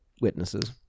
witnesses